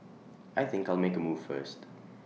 I think I'll make move first